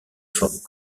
forme